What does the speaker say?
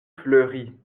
fleurie